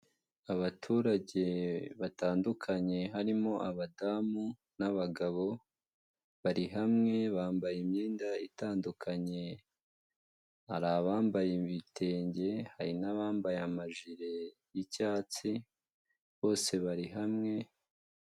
Abaturage batandukanye harimo abadamu n'abagabo, bari hamwe bambaye imyenda itandukanye. Hari abambaye ibitenge, hari n'abambaye amajire y'icyatsi bose bari hamwe.